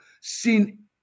seen